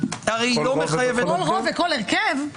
כל רוב וכל הרכב?